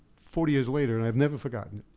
forty years later, and i've never forgotten.